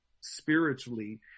spiritually